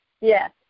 Yes